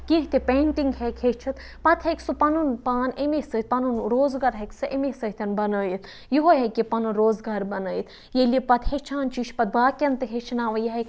کینٛہہ تہِ پینٛٹِنٛگ ہیٚکہِ ہیٚچھِتھ پَتہٕ ہیٚکہِ سُہ پَنُن پان اَمے سۭتۍ پَنُن روزگار ہیٚکہِ سُہ اَمے سۭتۍ بَنٲوِتھ یِہوٚے ہیٚکہِ یہِ پَنُن روزگار بَنٲوِتھ ییٚلہِ یہِ پَتہٕ ہیٚچھان چھِ یہِ چھُ پَتہٕ باقٕیَن تہٕ ہیٚچھناوان یہِ ہیٚکہِ